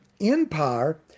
Empire